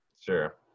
Sure